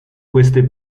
queste